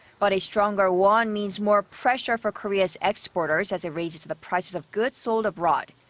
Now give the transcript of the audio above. but a stronger won means more pressure for korea's exporters, as it raises the prices of goods sold abroad.